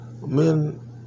men